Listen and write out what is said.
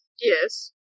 Yes